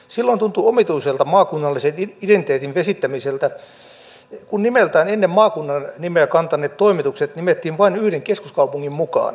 silloin tuntui omituiselta maakunnallisen identiteetin vesittämiseltä kun nimessään ennen maakunnan nimeä kantaneet toimitukset nimettiin vain yhden keskuskaupungin mukaan